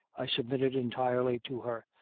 i submitted entirely to her,